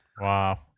Wow